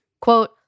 Quote